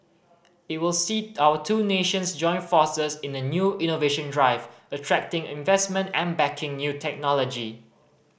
it will see our two nations join forces in a new innovation drive attracting investment and backing new technology